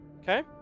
Okay